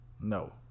no